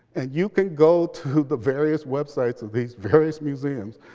and you can go to the various websites of these various museums.